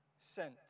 Sent